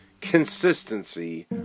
consistency